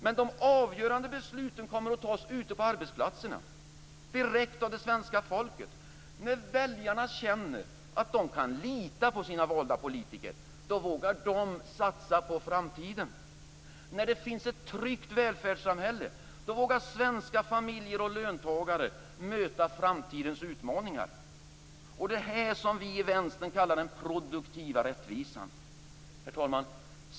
Men de avgörande besluten kommer att fattas ute på arbetsplatserna, direkt av det svenska folket. När väljarna känner att de kan lita på sina valda politiker då vågar de satsa på framtiden. När det finns ett tryggt välfärdssamhälle då vågar svenska familjer och löntagare möta framtidens utmaningar. Det är det här som vi i Vänstern kallar den produktiva rättvisan. Herr talman!